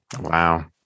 Wow